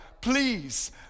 Please